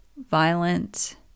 violent